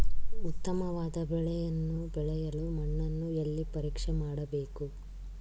ಉತ್ತಮವಾದ ಬೆಳೆಯನ್ನು ಬೆಳೆಯಲು ಮಣ್ಣನ್ನು ಎಲ್ಲಿ ಪರೀಕ್ಷೆ ಮಾಡಬೇಕು?